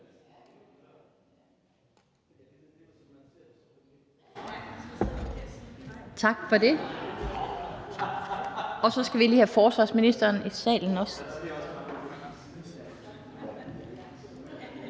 Tak for det. Så skal vi også lige have forsvarsministeren i salen, og så